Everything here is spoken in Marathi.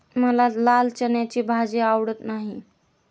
मला लाल चण्याची भाजी आवडत नाही